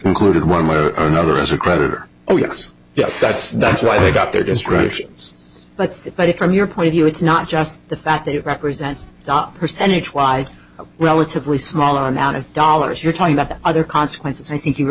including one way or another as a creditor oh yes yes that's that's why they got there just russians but but from your point of view it's not just the fact that it represents percentage wise relatively small amount of dollars you're talking about the other consequences i think you